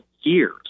years